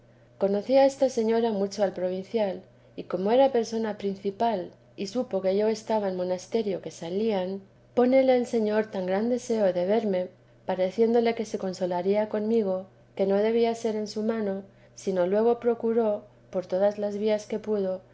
conocía esta señora mucho al provincial y como era persona principal y supo que yo estaba en monasterio que salían pónele el señor tan gran deseo de verme pareciéndole que se consolaría conmigo que no debía ser en su mano sino luego procuró por todas las vías que pudo